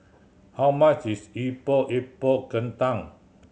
how much is Epok Epok Kentang